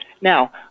Now